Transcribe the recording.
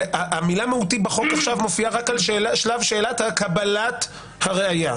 והמילה "מהותי" בחוק עכשיו מופיעה רק על שלב שאלת קבלת הראיה.